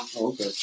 Okay